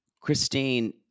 Christine